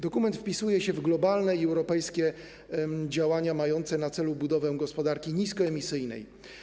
Dokument wpisuje się w globalne i europejskie działania mające na celu budowę gospodarki niskoemisyjnej.